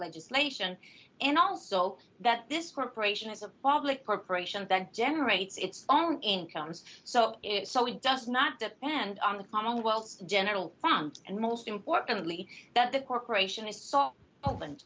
legislation and also that this corporation is a public corporation that generates its own incomes so it so it does not depend on the commonwealth's general fund and most importantly that the corporation is s